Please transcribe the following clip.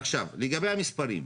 עכשיו, לגבי המספרים.